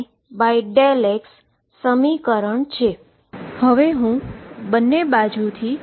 તેથી ∂ρt∂x મળે છે